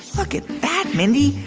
look at that, mindy.